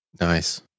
Nice